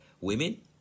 women